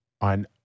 on